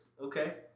Okay